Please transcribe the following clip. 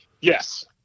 yes